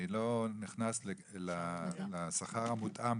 אני לא נכנס לשכר המותאם,